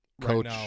coach